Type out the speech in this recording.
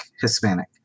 Hispanic